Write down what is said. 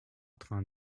train